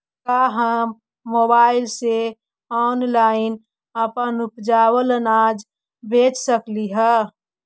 का हम मोबाईल से ऑनलाइन अपन उपजावल अनाज बेच सकली हे?